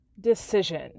decision